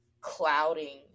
clouding